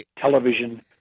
Television